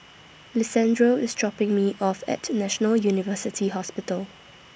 Lisandro IS dropping Me off At National University Hospital